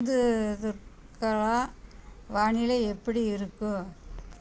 சிந்துதுர்க்கல வானிலை எப்படி இருக்குது